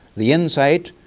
the insight,